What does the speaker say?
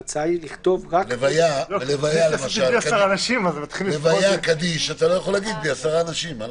בהלוויה למשל אתה לא יכול להגיד קדיש בלי 10 אנשים.